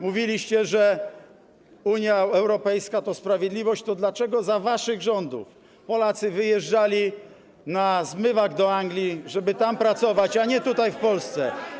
Mówiliście, że Unia Europejska to sprawiedliwość, to dlaczego za waszych rządów Polacy wyjeżdżali na zmywak do Anglii, żeby tam pracować, a nie tutaj w Polsce?